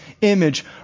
image